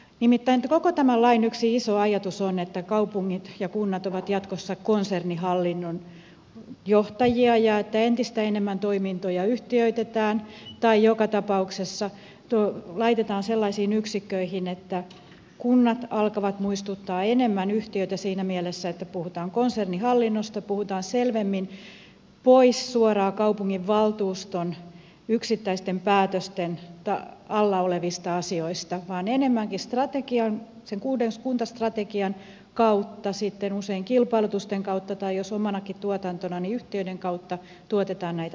nimittäin koko tämän lain yksi iso ajatus on että kaupungit ja kunnat ovat jatkossa konsernihallinnon johtajia ja että entistä enemmän toimintoja yhtiöitetään tai joka tapauksessa laitetaan sellaisiin yksikköihin että kunnat alkavat muistuttaa enemmän yhtiöitä siinä mielessä että puhutaan konsernihallinnosta mennään selvemmin pois suoraan kaupunginvaltuuston yksittäisten päätösten alla olevista asioista ja enemmänkin sen uuden kuntastrategian kautta sitten usein kilpailutusten kautta tai jos omanakin tuotantona niin yhtiöiden kautta tuotetaan näitä palveluita